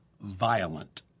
violent